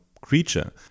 creature